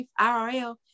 irl